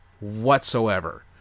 whatsoever